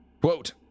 Quote